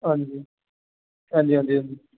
हांजी हंजी हंजी हंजी